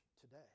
today